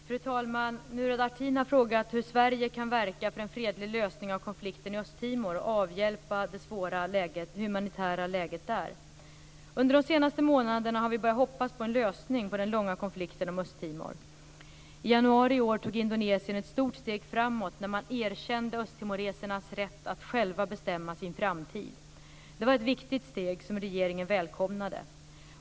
Fru talman! Murad Artin har frågat hur Sverige kan verka för en fredlig lösning av konflikten i Östtimor, och avhjälpa det svåra humanitära läget där. Under de senaste månaderna har vi börjat hoppas på en lösning på den långa konflikten om Östtimor. I januari i år tog Indonesien ett stort steg framåt, när man erkände östtimoresernas rätt att själva bestämma sin framtid. Det var ett viktigt steg, som regeringen välkomnade.